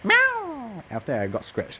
after that I got scratch